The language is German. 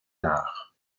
nach